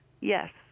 Yes